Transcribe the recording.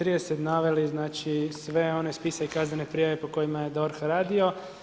30. naveli sve one spise i kaznene prijave po kojima je DORH radio.